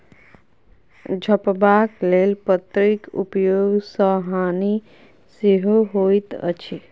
झपबाक लेल पन्नीक उपयोग सॅ हानि सेहो होइत अछि